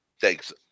Thanks